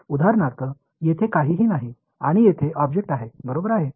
उदाहरणार्थ येथे काहीही नाही आणि येथे ऑब्जेक्ट आहे बरोबर आहे